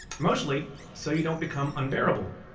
mostly so you don't become unbearable.